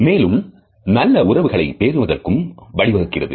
மேலும் நல்ல உறவுகளை பேணுவதற்கும் வழிவகுக்கிறது